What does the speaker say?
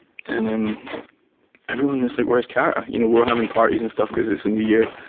and um everyone was like. where's cara? you know, we were having parties and stuff cause it's a new year,